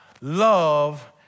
love